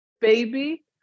baby